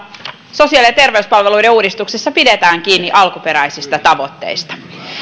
sosiaali ja terveyspalveluiden uudistuksessa pidetään kiinni alkuperäisistä tavoitteista